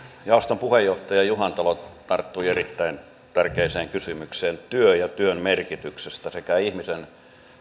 jaoston puheenjohtaja juhantalo tarttui erittäin tärkeään kysymykseen työhön ja työn merkitykseen sekä ihmisen